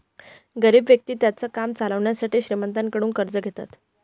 गरीब व्यक्ति त्यांचं काम चालवण्यासाठी श्रीमंतांकडून कर्ज घेतात